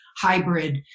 hybrid